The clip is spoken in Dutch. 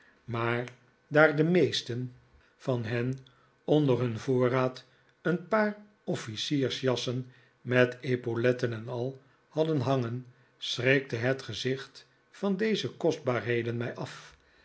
maar daar de meesten van hen onder hun voorraad een paar officiersjassen met epauletten en al hadden hangen schrikte het gezicht van deze kostbaarheden mij af